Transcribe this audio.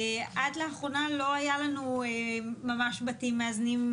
עד לאחרונה לא היה לנו ממש בתים מאזנים,